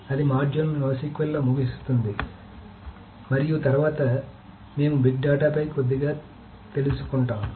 అది మాడ్యూల్ని NoSQL లో ముగుస్తుంది మరియు తరువాత మేము బిగ్ డేటా పై కొద్దిగా తెలుసుకుంటాము